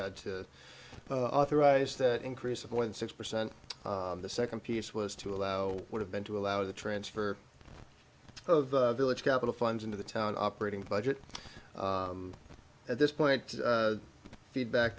had to authorize that increase of more than six percent the second piece was to allow would have been to allow the transfer of village capital funds into the town operating budget at this point feedback